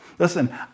Listen